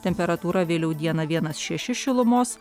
temperatūra vėliau dieną vienas šeši šilumos